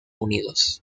unidos